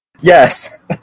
Yes